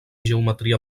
geometria